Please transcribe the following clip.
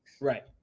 Right